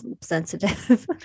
sensitive